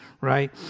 right